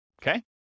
okay